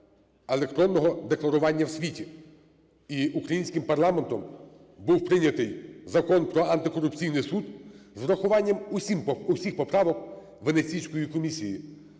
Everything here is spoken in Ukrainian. електронного декларування в світі. І українським парламентом був прийнятий Закон про антикорупційний суд з урахуванням усіх поправок Венеційської комісії.